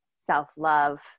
self-love